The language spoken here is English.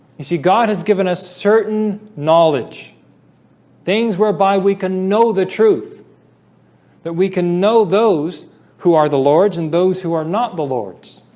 you see god has given us certain knowledge things whereby we can know the truth that we can know those who are the lord's and those who are not the lord's